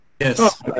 Yes